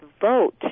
vote